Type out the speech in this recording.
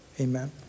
Amen